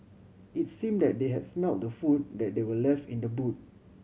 it's seem that they had smelt the food that they were left in the boot